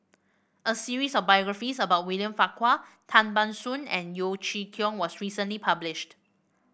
a series of biographies about William Farquhar Tan Ban Soon and Yeo Chee Kiong was recently published